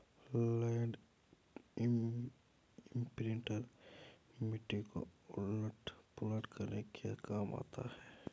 land imprinter मिट्टी को उलट पुलट करने के काम आता है